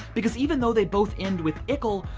because even though they both end with ickle,